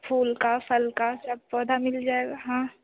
फूल का फल का सब पौधा मिल जाएगा हाँ